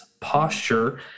posture